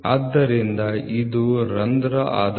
S - Allowance 39